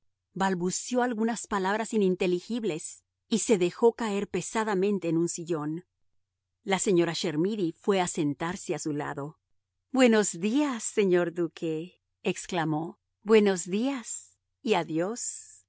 balbució algunas palabras ininteligibles y se dejó caer pesadamente en un sillón la señora chermidy fue a sentarse a su lado buenos días señor duque exclamó buenos días y adiós